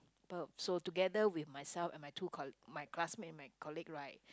but so together with myself and my two col~ my classmate my colleague right